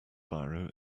biro